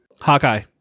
Hawkeye